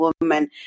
woman